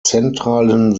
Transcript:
zentralen